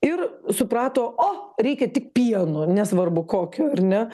ir suprato o reikia tik pieno nesvarbu kokio ar ne